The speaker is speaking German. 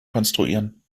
konstruieren